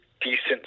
decent